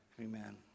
Amen